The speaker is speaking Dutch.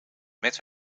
met